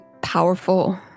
powerful